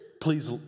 please